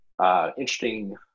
Interesting